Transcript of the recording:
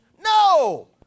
No